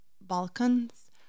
Balkans